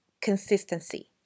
consistency